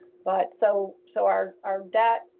but so so our our debt,